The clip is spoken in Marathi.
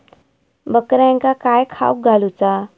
बकऱ्यांका काय खावक घालूचा?